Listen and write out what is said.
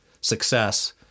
success